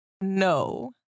no